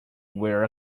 wear